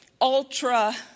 ultra